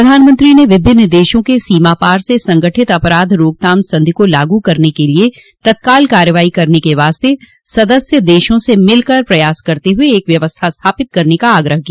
प्रधानमंत्री ने विभिन्न देशों के सीमापार से संगठित अपराध रोकथाम संधि को लागू करने के लिए तत्काल कार्रवाई करने के वास्ते सदस्य देशों से मिलकर प्रयास करते हुए एक व्यवस्था स्थापित करने का आग्रह किया